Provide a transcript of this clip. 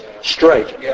straight